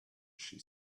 she